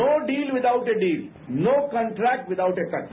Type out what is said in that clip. no deal without a deal no contract without a contract